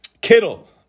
Kittle